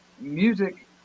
music